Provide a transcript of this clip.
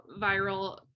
viral